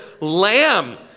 lamb